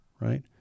right